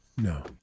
No